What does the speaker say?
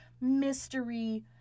mystery